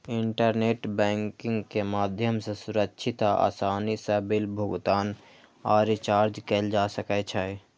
internet banking के माध्यम सं सुरक्षित आ आसानी सं बिल भुगतान आ रिचार्ज कैल जा सकै छै